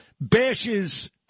bashes